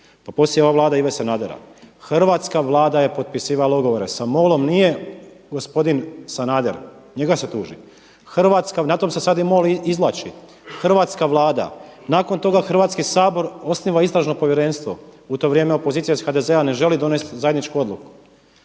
poslije ova Vlada Ive Sanadera, Hrvatska vlada je potpisivala ugovore sa MOL-om, nije gospodin Ivo Sanader njega se tuži. Hrvatska, na tome se sada MOL i izvlači, hrvatska Vlada, nakon toga Hrvatski sabor osniva istražno povjerenstvo. U to vrijeme opozicija iz HDZ-a ne želi donesti zajedničku odluku.